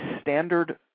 standard